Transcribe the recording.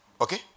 Okay